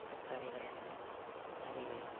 ತರಕಾರಿಗಳನ್ನು ಹರಿವೆ